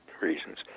reasons